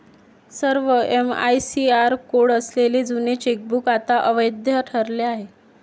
सर्व MICR code असलेले जुने चेकबुक आता अवैध ठरले आहे